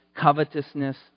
covetousness